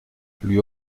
lui